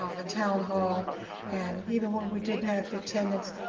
um the town hall and even when we didn't have the attendance,